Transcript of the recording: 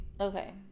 Okay